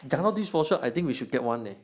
讲到 dishwasher I think we should get one leh